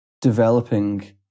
developing